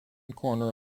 corner